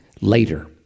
later